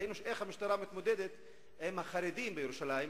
ראינו איך המשטרה מתמודדת עם החרדים בירושלים,